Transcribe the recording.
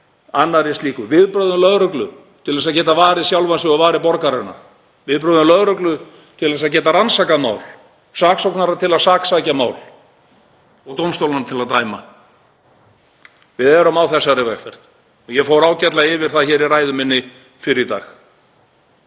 öðru slíku, viðbrögðum lögreglu til þess að geta varið sjálfa sig og varið borgarana, viðbrögðum lögreglu til að geta rannsakað mál, saksóknara til að saksækja mál og dómstólunum til að dæma. Við erum á þeirri vegferð og ég fór ágætlega yfir það í ræðu minni fyrr í dag.